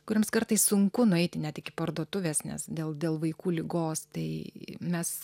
kuriems kartais sunku nueiti net iki parduotuvės nes dėl vaikų ligos tai mes